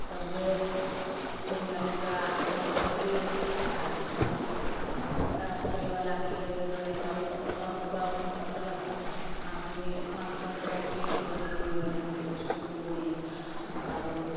सभे चोरिया नुकिया आँख बन्द करके आ सभ पकड़ा पकड़ी बला खेलै रहियै ओकरा ओ पकड़लक ओकरा ओ पकड़लक आँखमे आँख बन्द करके खेले रहियै कनि इसकुलमे आरो